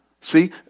see